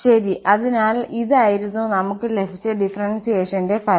ശരി അതിനാൽ ഇത് ആയിരിന്നു നമുക്ക് ലഭിച്ച ഡിഫറെൻസിയേഷന്റെ ഫലം